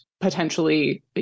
potentially